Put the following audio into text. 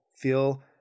feel